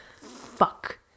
fuck